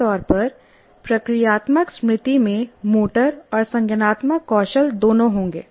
आम तौर पर प्रक्रियात्मक स्मृति में मोटर और संज्ञानात्मक कौशल दोनों होंगे